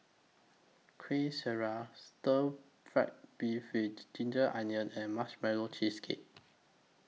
Kueh Syara Stir Fry Beef with Ginger Onions and Marshmallow Cheesecake